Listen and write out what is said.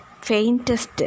faintest